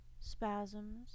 Spasms